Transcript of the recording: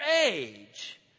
age